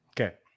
Okay